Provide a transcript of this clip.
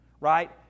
Right